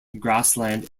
grassland